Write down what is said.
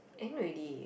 end already